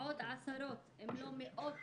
עוד עשרות אם לא מאות